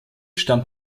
stammt